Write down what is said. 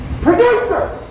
Producers